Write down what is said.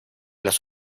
las